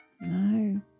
No